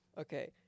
Okay